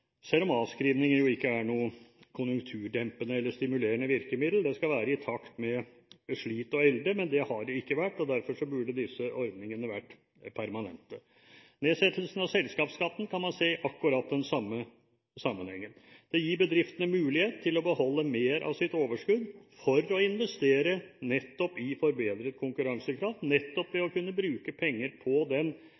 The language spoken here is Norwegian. selv om avskrivninger ikke er noe konjunkturdempende eller konjunkturstimulerende virkemiddel. Det skal være i takt med slit og elde, men det har det ikke vært. Derfor burde disse ordningene vært permanente. Nedsettelsen av selskapsskatten kan man se i akkurat den samme sammenhengen. Det gir bedriftene mulighet til å beholde mer av sitt overskudd for å investere i forbedret konkurransekraft, nettopp ved